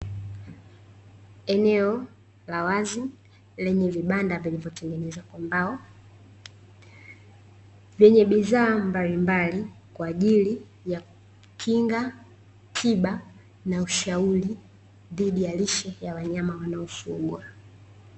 Eneo la wazi lenye vibanda vilivyo tengenezwa kwa mbao lenye bidhaa mbalimbali kwaajili ya kinga, tiba na ushauri dhidi ya lishe ya wanyama wanao fugwa.